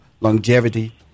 longevity